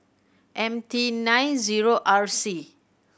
M T nine zero R C